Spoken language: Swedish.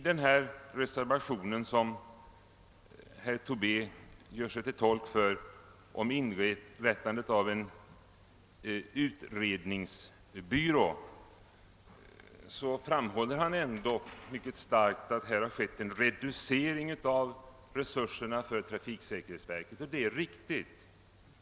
Herr Tobé gör sig till tolk för reservationen 8, i vilken föreslås inrättande av en utredningsbyrå, och han framhåller mycket kraftigt att det har, skett en reducering av resurserna för trafiksäkerhetsverket. Det är riktigt.